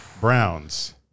Browns